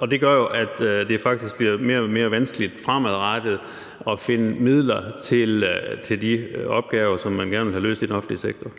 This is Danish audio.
og det gør, at det faktisk bliver mere og mere vanskeligt fremadrettet at finde midler til de opgaver, som man gerne vil have løst i den offentlige sektor.